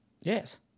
yes